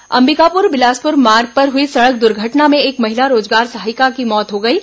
दुर्घटना अंबिकापुर बिलासपुर मार्ग पर हुई सड़क दुर्घटना में एक महिला रोजगार सहायिका की मौत हो गई है